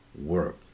work